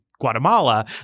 Guatemala